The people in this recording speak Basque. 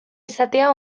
izatea